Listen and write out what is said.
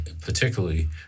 particularly